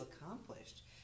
accomplished